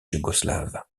yougoslave